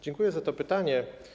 Dziękuję za to pytanie.